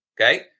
Okay